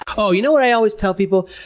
oh, you know what i always tell people?